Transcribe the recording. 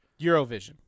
Eurovision